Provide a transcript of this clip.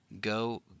Go